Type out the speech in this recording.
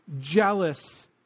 jealous